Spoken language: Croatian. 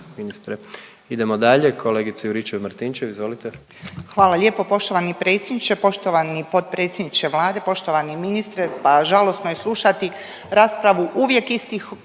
Martinčev izvolite. **Juričev-Martinčev, Branka (HDZ)** Hvala lijepo. Poštovani predsjedniče, poštovani potpredsjedniče Vlade, poštovani ministre. Pa žalosno je slušati raspravu uvijek istih